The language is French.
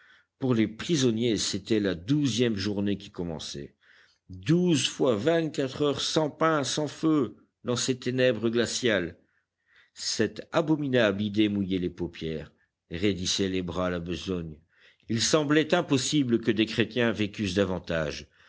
pour les prisonniers c'était la douzième journée qui commençait douze fois vingt-quatre heures sans pain sans feu dans ces ténèbres glaciales cette abominable idée mouillait les paupières raidissait les bras à la besogne il semblait impossible que des chrétiens vécussent davantage